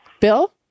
Bill